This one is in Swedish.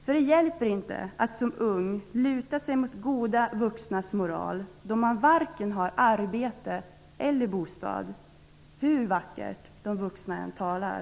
Som ung hjälper det inte att luta sig mot goda vuxnas moral när man varken har arbete eller bostad, hur vackert de vuxna än talar.